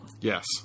Yes